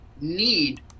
need